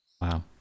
wow